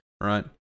right